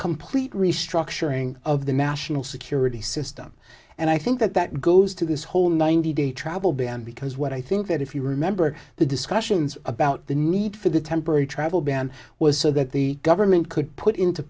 complete restructuring of the national security system and i think that that goes to this whole ninety day travel ban because what i think that if you remember the discussions about the need for the temporary travel ban was so that the government could put into